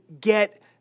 get